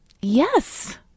Yes